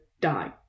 die